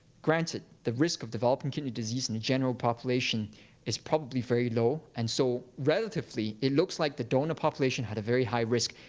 granted, the risk of developing kidney disease in the general population is probably very low. and so, relatively, it looks like the donor population had a very high risk.